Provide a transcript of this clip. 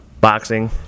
boxing